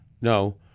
No